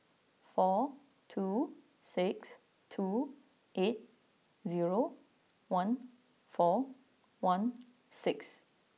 four two six two eight zero one four one six